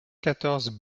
quatorze